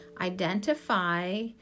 identify